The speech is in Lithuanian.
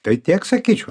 tai tiek sakyčiau